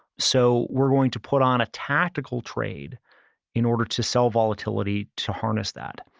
so, we're going to put on a tactical trade in order to sell volatility to harness that.